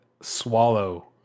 swallow